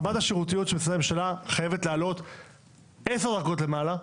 רמת השירותיות של משרדי הממשלה חייבת לעלות 10 דרגות למעלה,